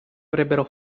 avrebbero